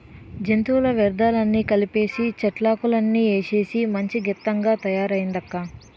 జంతువుల వ్యర్థాలన్నీ కలిపీసీ, చెట్లాకులన్నీ ఏసేస్తే మంచి గెత్తంగా తయారయిందక్కా